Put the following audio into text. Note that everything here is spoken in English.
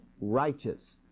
righteous